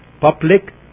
Public